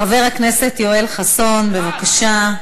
חבר הכנסת יואל חסון, בבקשה.